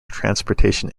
transportation